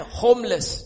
homeless